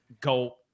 Go